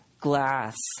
glass